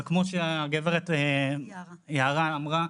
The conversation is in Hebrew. זה כמו שהגברת יערה אמרה,